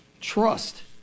Trust